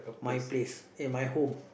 my place at my home